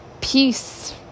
peace